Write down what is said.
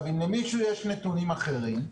אם למישהו יש נתונים אחרים,